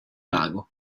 lago